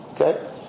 Okay